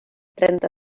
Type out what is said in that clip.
trenta